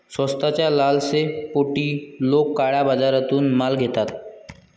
स्वस्ताच्या लालसेपोटी लोक काळ्या बाजारातून माल घेतात